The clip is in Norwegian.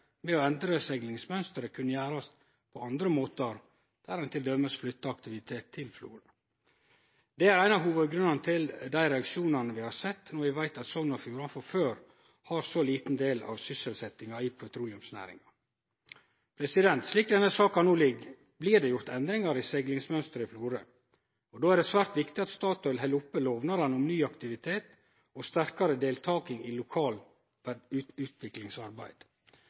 å endre seglingsmønsteret, kunne gjerast på andre måtar der ein t.d. flytte aktivitet til Florø. Det er ein av hovudgrunnane til dei reaksjonane vi har sett når vi veit at Sogn og Fjordane frå før har så liten del av sysselsettinga i petroleumsnæringa. Slik denne saka no ligg, blir det gjort endringar i seglingsmønsteret i Florø, og då er det svært viktig at Statoil held oppe lovnadene om ny aktivitet og sterkare deltaking i lokalt utviklingsarbeid.